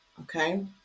Okay